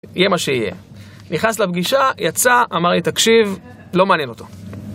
יהיה מה שיהיה. נכנס לפגישה, יצא, אמר לי תקשיב, לא מעניין אותו.